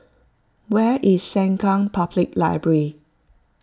where is Sengkang Public Library